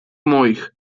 moich